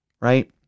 Right